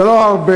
זה לא הרבה,